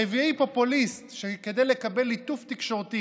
הרביעי פופוליסט שכדי לקבל ליטוף תקשורתי